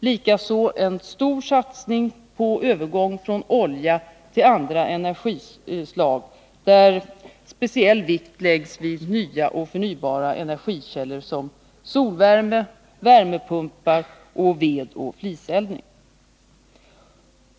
Likaså en stor satsning på övergång från olja till andra energislag, där speciell vikt läggs vid nya och förnybara energikällor som solvärme, värmepumpar och vedoch fliseldning.